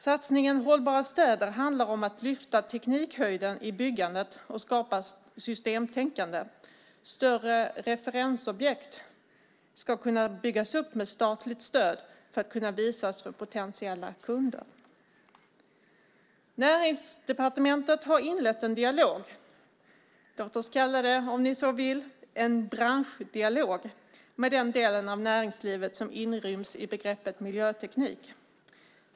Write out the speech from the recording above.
Satsningen Hållbara städer handlar om att lyfta teknikhöjden i byggandet och skapa ett systemtänkande. Större referensobjekt ska kunna byggas upp med statligt stöd för att kunna visas för potentiella kunder. Näringsdepartementet har inlett en dialog - låt oss om ni så vill kalla det en branschdialog - med den del av näringslivet som inryms i begreppet miljöteknik.